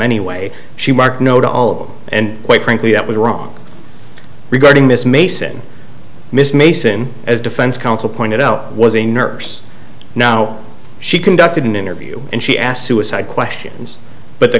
anyway she marked no to all and quite frankly that was wrong regarding miss mason miss mason as defense counsel pointed out was a nurse now she conducted an interview and she asked suicide questions but the